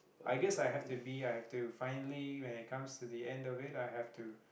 I guess I have to be I have to finally when it comes to the end of it I have to